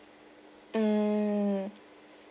mm